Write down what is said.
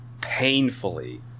painfully